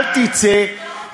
אל תצא,